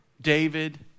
David